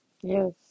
Yes